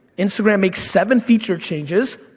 instagram makes seven feature changes,